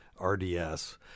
RDS